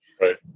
Right